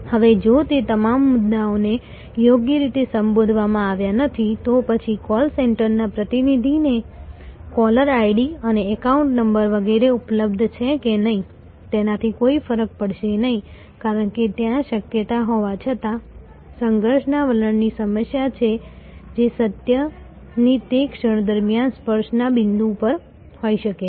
હવે જો તે તમામ મુદ્દાઓને યોગ્ય રીતે સંબોધવામાં આવ્યાં નથી તો પછી કોલ સેન્ટરના પ્રતિનિધિને કોલર આઈડી અને એકાઉન્ટ નંબર વગેરે ઉપલબ્ધ છે કે નહીં તેનાથી કોઈ ફરક પડશે નહીં કારણકે ત્યાં શક્યતા હોવા છતાં સંઘર્ષ ના વલણ ની સમસ્યા છે જે સત્ય ની તે ક્ષણ દરમિયાન સ્પર્શ ના બિંદુ પર હોય શકે છે